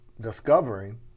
discovering